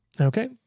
Okay